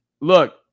look